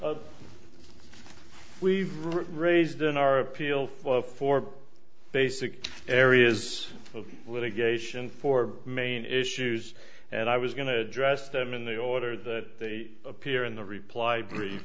we raised in our appeal for basic areas of litigation for main issues and i was going to address them in the order that they appear in the reply brief